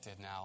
now